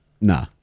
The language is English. Nah